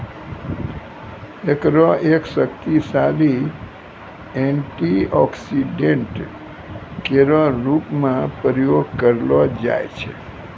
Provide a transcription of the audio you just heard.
एकरो एक शक्तिशाली एंटीऑक्सीडेंट केरो रूप म प्रयोग करलो जाय छै